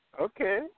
Okay